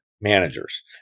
managers